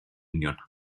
union